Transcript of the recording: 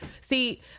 See